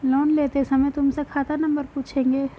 loan लेते समय तुमसे खाता नंबर पूछेंगे